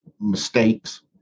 mistakes